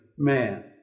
Man